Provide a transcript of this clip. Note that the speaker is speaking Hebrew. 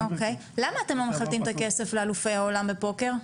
למה אתם לא מחלטים את הכסף לאלופי העולם בפוקר?